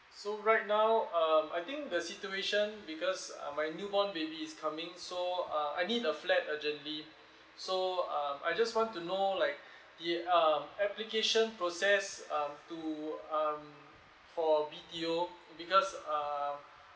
so right now um I think the situation because uh my newborn baby is coming so uh I need a flat urgently so um I just want to know like the um application process um to um for B_T_O because uh